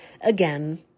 again